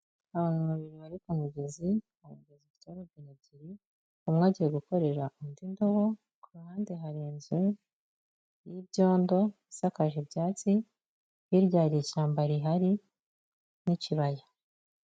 Abantu babiri bari ku mugezi, bahagaze kuri robine ebyiri, umwe agiye gukorera undi ndobo, ku ruhande hari inzu y'ibyondo isakaje ibyatsi, hirya hari ishyamba rihari, n'ikibaya.